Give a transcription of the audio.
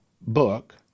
book